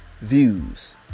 views